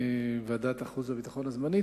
ועדת החוץ והביטחון הזמנית,